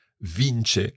Vince